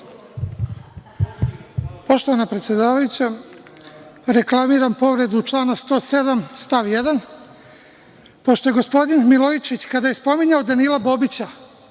Poštovana predsedavajuća, reklamiram povredu člana 107. stav 1.Pošto gospodin Milojičić, kada je spominjao Danila Bobića,